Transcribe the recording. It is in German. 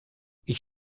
ich